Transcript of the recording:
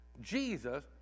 Jesus